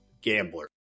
gambler